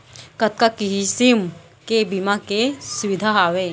कतका किसिम के बीमा के सुविधा हावे?